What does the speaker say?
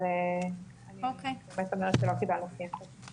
אבל אני חייבת לומר שלא קיבלנו פנייה כזו.